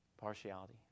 Partiality